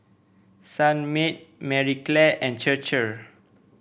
Sunmaid Marie Claire and Chir Chir